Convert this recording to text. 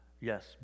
Yes